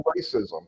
racism